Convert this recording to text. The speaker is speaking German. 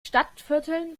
stadtvierteln